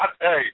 Hey